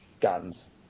guns